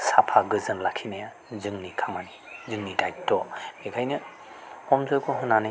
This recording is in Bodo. साफा गोजोन लाखिनाया जोंनि खामानि जोंनि दायथ' बेखायनो हम जैग' होनानै